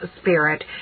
Spirit